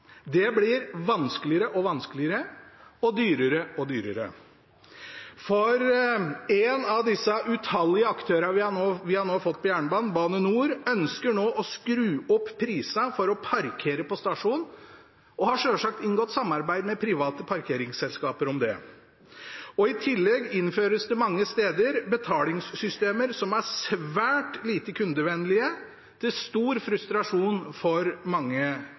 Det blir vanskeligere og vanskeligere og dyrere og dyrere. En av disse utallige aktørene vi har fått på jernbanen, Bane NOR, ønsker nå å skru opp prisene for at man skal kunne parkere på stasjonen, og har selvsagt inngått samarbeid med private parkeringsselskaper om det. I tillegg innføres det mange steder betalingssystemer som er svært lite kundevennlige, til stor frustrasjon for mange